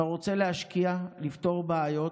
אתה רוצה להשקיע, לפתור בעיות?